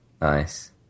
Nice